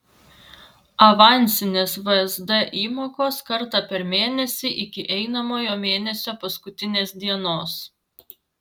avansinės vsd įmokos kartą per mėnesį iki einamojo mėnesio paskutinės dienos